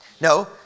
No